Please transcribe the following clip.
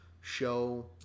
show